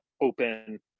open